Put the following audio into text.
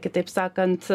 kitaip sakant